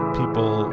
people